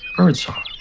birdsong.